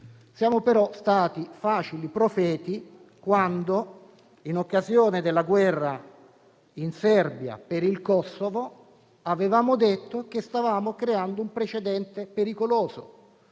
Siamo, però, stati facili profeti quando, in occasione della guerra in Serbia per il Kosovo, avevamo detto che stavamo creando un precedente pericoloso.